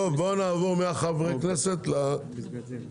טוב, בואו נעבור מחברי הכנסת לנציגים.